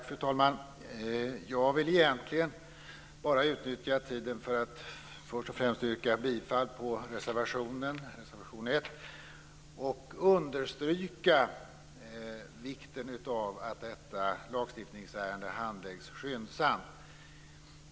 Fru talman! Jag vill egentligen endast utnyttja tiden för att först och främst yrka bifall till reservation 1. Vidare vill jag understryka vikten av att detta lagstiftningsärende handläggs skyndsamt.